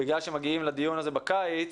בגלל שמגיעים לדיון הזה בקיץ,